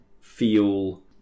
feel